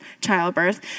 childbirth